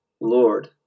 Lord